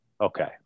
Okay